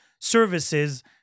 services